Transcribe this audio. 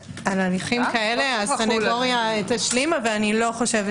על מקרים כאלה הסנגוריה תשלים אבל אני לא חושבת